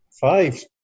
five